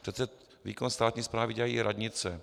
Přece výkon státní správy dělají i radnice.